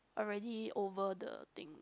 already over the thing